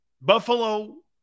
Buffalo